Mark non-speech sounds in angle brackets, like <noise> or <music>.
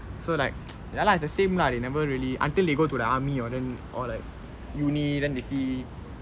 so like <noise> ya lah it's the same lah they never really until they go to the army all or then or like uni then they see